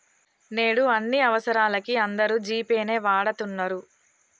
నేడు అన్ని అవసరాలకీ అందరూ జీ పే నే వాడతన్నరు